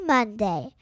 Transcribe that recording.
Monday